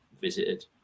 visited